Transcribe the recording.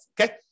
Okay